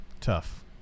tough